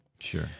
Sure